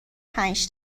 پنج